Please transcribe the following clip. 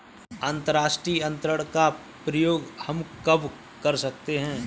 अंतर्राष्ट्रीय अंतरण का प्रयोग हम कब कर सकते हैं?